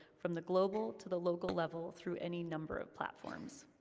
from the global to the local level, through any number of platforms.